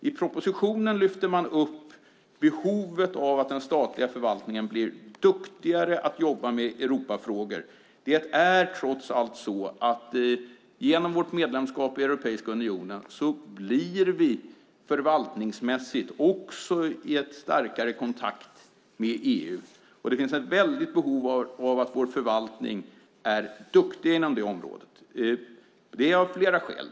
I propositionen lyfter man fram behovet av att den statliga förvaltningen blir duktigare på att jobba med Europafrågor. Trots allt är det så att det genom vårt medlemskap i Europeiska unionen förvaltningsmässigt blir en starkare kontakt med EU. Det finns ett stort behov av att vår förvaltning är duktig inom det området, av flera skäl.